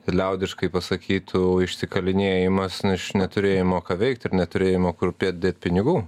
liaudiškai pasakytų išsikalinėjimas iš neturėjimo ką veikti ir neturėjimo kur dėt pinigų